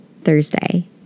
Thursday